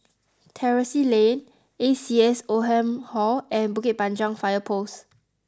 Terrasse Lane A C S Oldham Hall and Bukit Panjang Fire Post